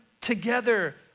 together